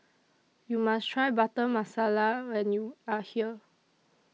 YOU must Try Butter Masala when YOU Are here